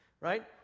right